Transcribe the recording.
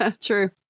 true